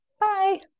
Bye